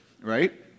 right